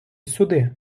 сюди